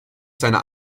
seiner